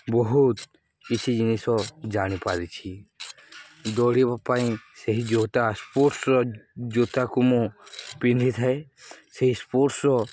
ବହୁତ କିଛି ଜିନିଷ ଜାଣିପାରିଛି ଦୌଡ଼ିବା ପାଇଁ ସେହି ଜୋତା ସ୍ପୋର୍ଟସ୍ର ଜୋତାକୁ ମୁଁ ପିନ୍ଧିଥାଏ ସେହି ସ୍ପୋର୍ଟସ୍ର